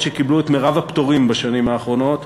שקיבלו את מרב הפטורים בשנים האחרונות,